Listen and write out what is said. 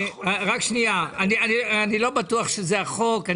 אני לא בטוח שזה החוק.